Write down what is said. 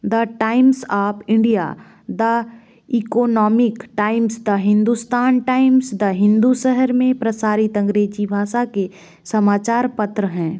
the Times of India the Economic Times the Hindustan Times the Hindu सहर में प्रसारित अंग्रेजी भाषा के समाचार पत्र हैं